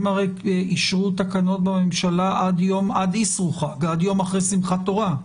הם הרי אישרו תקנות בממשלה עד אסרו חג,